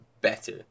better